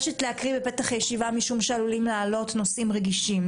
משום שעלולים לעלות נושאים רגישים,